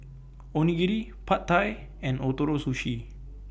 Onigiri Pad Thai and Ootoro Sushi